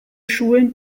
schulen